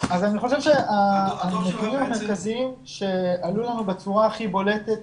אני אדבר על הנתונים המרכזיים שעלו לנו בצורה הכי בולטת.